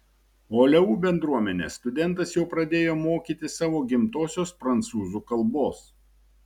o leu bendruomenę studentas jau pradėjo mokyti savo gimtosios prancūzų kalbos